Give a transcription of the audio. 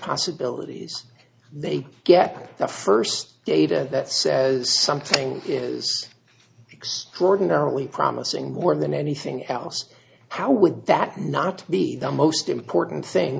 possibilities they get the first data that says something is extraordinarily promising more than anything else how would that not be the most important thing